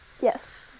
Yes